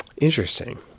Interesting